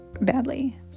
badly